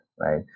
right